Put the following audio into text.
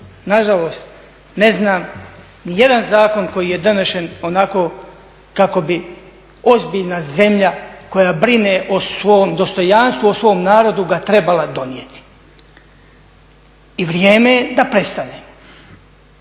na žalost ne znam ni jedan zakon koji je donesen onako kako bi ozbiljna zemlja koja brine o svom dostojanstvu, o svom narodu ga trebala donijeti. I vrijeme je da prestane!